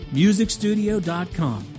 musicstudio.com